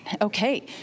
Okay